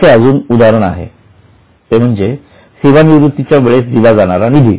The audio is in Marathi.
याचे अजून एक उदाहरण म्हणजे सेवानिवृत्तीच्या वेळेस दिला जाणारा निधी